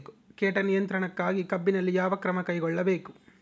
ಕೇಟ ನಿಯಂತ್ರಣಕ್ಕಾಗಿ ಕಬ್ಬಿನಲ್ಲಿ ಯಾವ ಕ್ರಮ ಕೈಗೊಳ್ಳಬೇಕು?